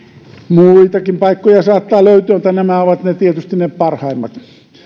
muitakin paikkoja saattaa löytyä mutta nämä ovat tietysti ne parhaimmat